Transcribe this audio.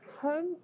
Home